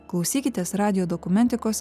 klausykitės radijo dokumentikos